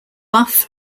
buff